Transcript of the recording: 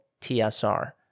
TSR